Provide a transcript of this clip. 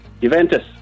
Juventus